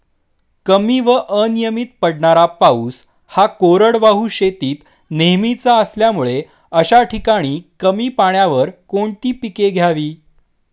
कमी व अनियमित पडणारा पाऊस हा कोरडवाहू शेतीत नेहमीचा असल्यामुळे अशा ठिकाणी कमी पाण्यावर कोणती पिके घ्यावी?